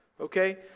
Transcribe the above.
okay